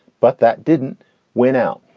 but that didn't win out.